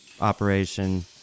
operation